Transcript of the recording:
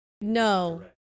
No